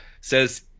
says